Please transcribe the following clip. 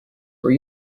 were